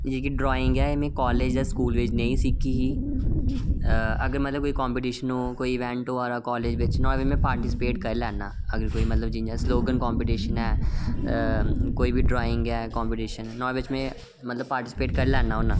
जेह्की ड्राईंग ऐ एह् में कालेज जां स्कूल बिच नेईं सिक्खी ही अगर मतलब कोई कम्पीटिशन होग कोई इवैंट होआ दा कालेज बिच अगर में पार्टीसिपेट करी लैना मतलब जियां सलेगन कम्पीटिशन होआ दा जियां कोई बी ड्राईंग ऐ कम्पीटिशन मतलब पारटीसिपेट करी लैन्ना होन्नां